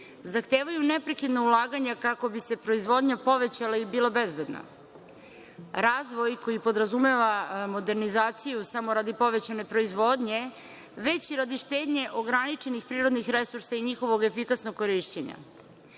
zahtevaju neprekidna ulaganja kako bi se proizvodnja povećala i bila bezbedna. Razvoj koji podrazumeva modernizaciju samo radi povećane proizvodnje, već i radi štednje ograničenih prirodnih resursa i njihovog efikasnog korišćenja. Ono